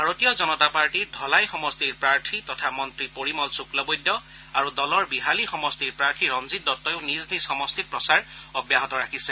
ভাৰতীয় জনতা পাৰ্টীৰ ধলাই সমষ্টিৰ প্ৰাৰ্থী তথা মন্ত্ৰী পৰিমল শুক্লবৈদ্য আৰু দলৰ বিহালী সমষ্টিৰ প্ৰাৰ্থী ৰঞ্জিত দত্তইয়ো নিজ নিজ সমষ্টিত প্ৰচাৰ অব্যাহত ৰাখিছে